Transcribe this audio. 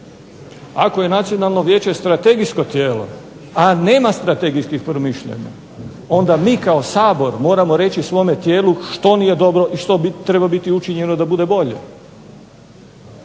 Ako je nacionalno vijeće strategijsko tijelo, a nema strategijskih promišljanja onda mi kao Sabor moramo reći svome tijelu što nije dobro i što treba biti učinjeno da bude bolje.